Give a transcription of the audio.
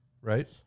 Right